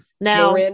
now